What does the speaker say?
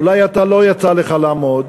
אולי לא יצא לך לעמוד,